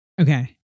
okay